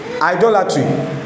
idolatry